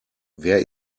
wer